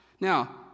Now